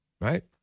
Right